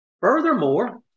Furthermore